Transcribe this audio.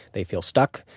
they feel stuck.